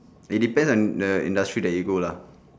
it depend on the industry that you go lah